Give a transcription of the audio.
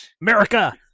America